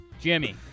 Jimmy